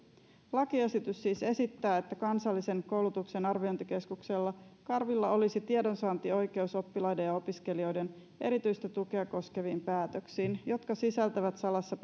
lakiesitys siis esittää että kansallisella koulutuksen arviointikeskuksella karvilla olisi tiedonsaantioikeus oppilaiden ja opiskelijoiden erityistä tukea koskeviin päätöksiin jotka sisältävät salassa